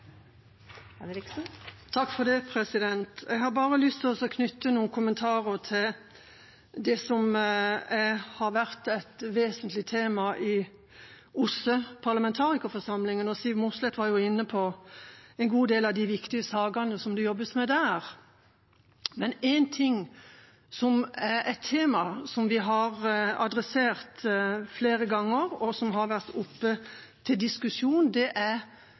Jeg har lyst til å knytte noen kommentarer til det som har vært et vesentlig tema i OSSEs parlamentarikerforsamling. Siv Mossleth var inne på en god del av de viktige sakene som det jobbes med der. Men ett tema som vi har adressert flere ganger, og som har vært oppe til diskusjon, er det